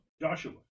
Joshua